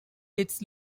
its